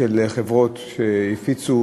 של חברות שהם הפיצו,